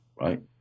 right